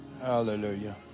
Hallelujah